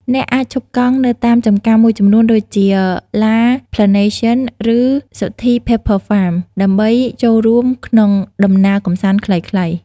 អ្នកអាចឈប់កង់នៅតាមចំការមួយចំនួនដូចជា La Plantation ឬ Sothy's Pepper Farm ដើម្បីចូលរួមក្នុងដំណើរកម្សាន្តខ្លីៗ។